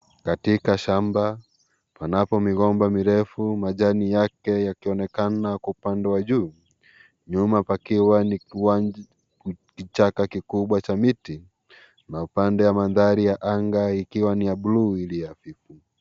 Katika shamba panapo migomba mirefu, majani yake, yakionekana kupandwa juu. Nyuma pakiwa ni kichaka kikubwa cha miti na upande wa mandhari ya anga ikiwa ni ya buluu iliyo hafifu.